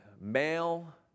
male